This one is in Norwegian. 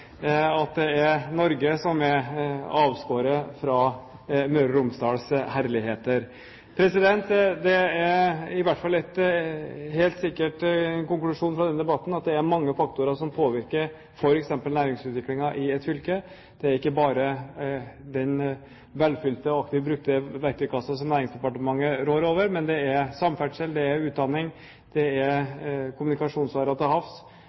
at det er Norge som er avskåret fra Møre og Romsdals herligheter! En helt sikker konklusjon etter denne debatten er i hvert fall at det er mange faktorer som påvirker næringsutviklingen i et fylke. Det er ikke bare den velfylte og aktivt brukte verktøykassa som Næringsdepartementet rår over, men det er samferdsel, det er utdanning, det er kommunikasjonsårer til havs,